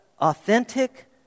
Authentic